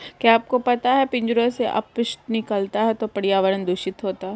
क्या आपको पता है पिंजरों से अपशिष्ट निकलता है तो पर्यावरण दूषित होता है?